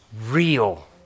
real